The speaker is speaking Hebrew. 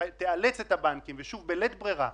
שתאלץ את הבנקים בלית ברירה